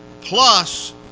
plus